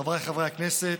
חבריי חברי הכנסת,